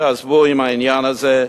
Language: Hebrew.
תעזבו עם העניין הזה,